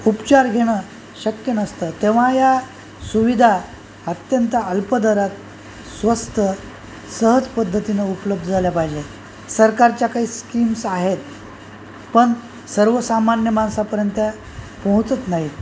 उपचार घेणं शक्य नसतं तेव्हा या सुविधा अत्यंत अल्प दरात स्वस्त सहज पद्धतीनं उपलब्ध झाल्या पाहिजे सरकारच्या काही स्कीम्स आहेत पण सर्वसामान्य माणसापर्यंत त्या पोहोचत नाही आहेत